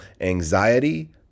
anxiety